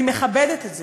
אני מכבדת את זה.